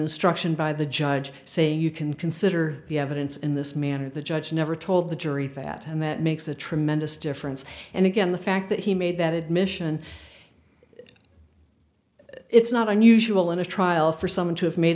instruction by the judge saying you can consider the evidence in this manner the judge never told the jury that and that makes a tremendous difference and again the fact that he made that admission it's not unusual in a trial for someone to have made